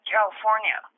California